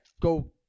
go